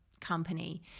company